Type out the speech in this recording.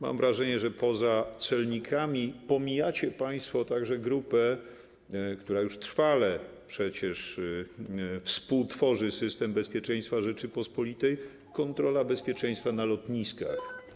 Mam wrażenie, że poza celnikami pomijacie państwo także grupę, która już trwale przecież współtworzy system bezpieczeństwa Rzeczypospolitej: kontrolujących bezpieczeństwo na lotniskach.